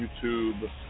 YouTube